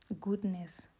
Goodness